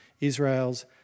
Israel's